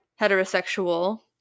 heterosexual